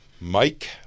Mike